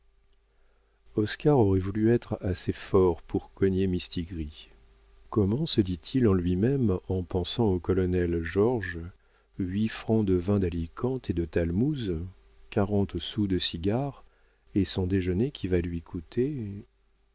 oscar aurait voulu être assez fort pour cogner mistigris comment se dit-il en lui-même en pensant au colonel georges huit francs de vin d'alicante et de talmouses quarante sous de cigares et son déjeuner qui va lui coûter